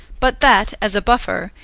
but that, as a buffer,